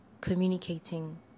communicating